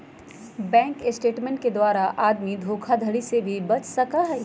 bank statement के द्वारा आदमी धोखाधडी से भी बच सका हई